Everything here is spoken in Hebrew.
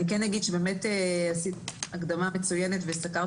אני כן אגיד שכן עשית הקדמה מצוינת וסקרת